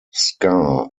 ska